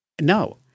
no